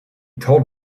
told